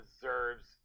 deserves